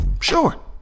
Sure